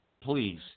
Please